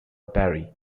barry